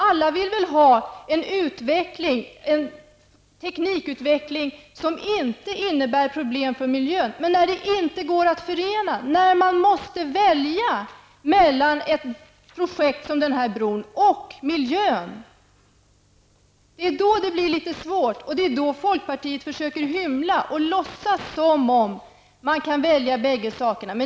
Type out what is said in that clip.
Alla vill väl ha en teknikutveckling som inte innebär problem för miljön, men när man måste välja mellan ett projekt som den här bron och miljön blir det litet svårt, och det är då folkpartiet hymlar och försöker låtsas som om man kan välja bägge sakerna.